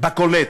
בקולט.